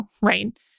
right